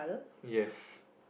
yes